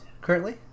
currently